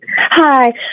Hi